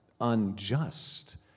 unjust